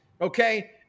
okay